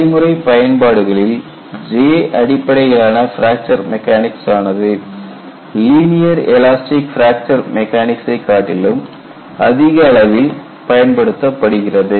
நடைமுறை பயன்பாடுகளில் J அடிப்படையிலான பிராக்சர் மெக்கானிக்ஸ் ஆனது லீனியர் எலாஸ்டிக் பிராக்சர் மெக்கானிக்சை காட்டிலும் அதிக அளவில் பயன்படுத்தப்படுகிறது